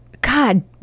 God